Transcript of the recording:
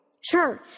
Sure